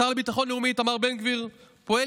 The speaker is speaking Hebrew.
השר לביטחון לאומי איתמר בן גביר פועל